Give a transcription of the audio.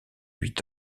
huit